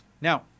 Now